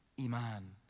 Iman